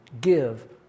give